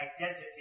identity